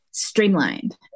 streamlined